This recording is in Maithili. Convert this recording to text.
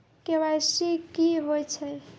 के.वाई.सी की होय छै?